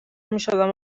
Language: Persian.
میشدم